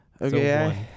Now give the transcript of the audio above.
Okay